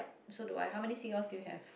so do I how many seagulls do you have